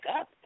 up